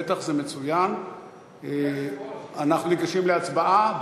בטח זה מצוין, ואנחנו ניגשים להצבעה.